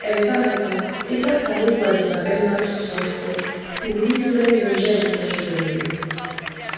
elle s'arrêta et passa les doigts de sa belle main sur son front où ruisselait le jais de sa chevelure